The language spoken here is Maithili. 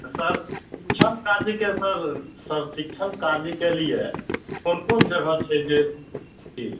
सर शिक्षण कार्यके सर सर शिक्षण कार्यके लिए कोन कोन जगह छै जे जी